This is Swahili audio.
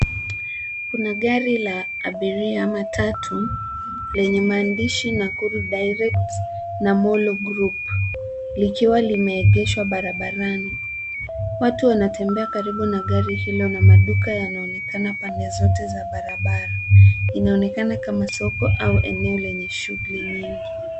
Kuna gari la abiria, matatu lenye maandishi, Nakuru direct, na, molo group, likiwa limeegeshwa barabarani. Watu wanatembea karibu na gari hilo na maduka yanaonekana pande zote za barabara. Inaonekana kama soko au eneo lenye shughuli nyingi.